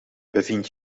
bevind